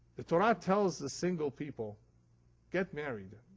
the torah tells the single people get married,